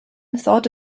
thought